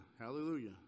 Hallelujah